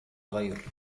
غير